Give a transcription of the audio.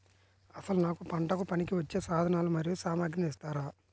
అసలు నాకు పంటకు పనికివచ్చే సాధనాలు మరియు సామగ్రిని ఇస్తారా?